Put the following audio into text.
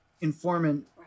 informant